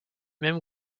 même